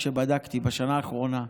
כשבדקתי בשנה האחרונה,